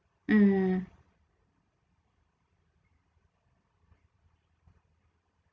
mm